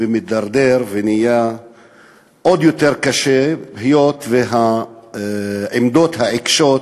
ומתדרדר ונהיה עוד יותר קשה בגלל העמדות העיקשות